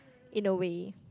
in a way